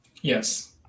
Yes